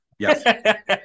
Yes